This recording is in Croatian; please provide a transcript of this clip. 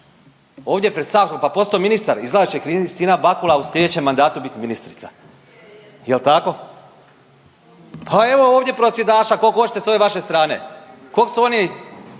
ovdje pred Savskom, pa postao ministar, izgleda da će Kristina Bakula u sljedećem mandatu bit ministrica. Jel' tako? Pa evo ovdje prosvjedaša koliko hoćete sa ove vaše strane. Kog su oni,